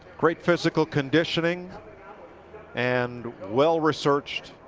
great physical conditioning and well-researched,